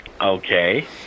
Okay